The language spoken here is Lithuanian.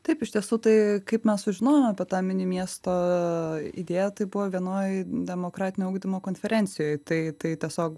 taip iš tiesų tai kaip mes sužinojom apie tą mini miesto idėją tai buvo vienoj demokratinio ugdymo konferencijoj tai tai tiesiog